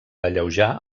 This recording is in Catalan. alleujar